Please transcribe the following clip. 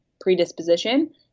predisposition